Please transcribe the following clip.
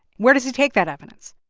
where does he take that evidence?